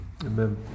Amen